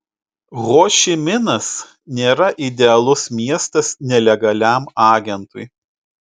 hošiminas nėra idealus miestas nelegaliam agentui